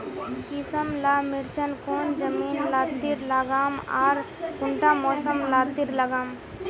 किसम ला मिर्चन कौन जमीन लात्तिर लगाम आर कुंटा मौसम लात्तिर लगाम?